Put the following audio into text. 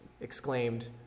exclaimed